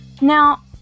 Now